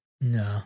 No